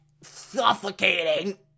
suffocating